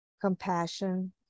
compassion